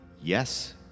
yes